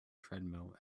treadmill